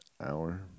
Hour